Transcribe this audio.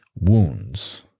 wounds